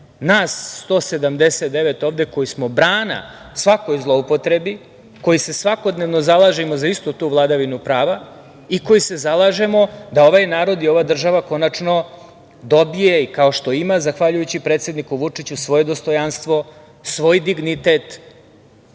nas 179 ovde koji smo brana svakoj zloupotrebi, koji se svakodnevno zalažemo za istu tu vladavinu prava i koji se zalažemo da ovaj narod i ova država konačno dobije i kao što ima, zahvaljujući predsedniku Vučiću, svoje dostojanstvo, svoj dignitet,